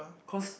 cause